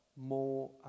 more